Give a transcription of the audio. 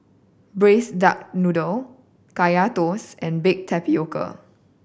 Braised Duck Noodle Kaya Toast and baked tapioca